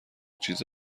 چیز